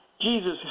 Jesus